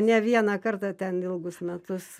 ne vieną kartą ten ilgus metus